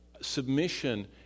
Submission